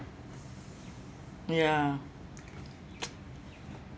ya